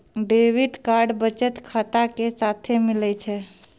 debit card बचत खाता के साथे मिलै छै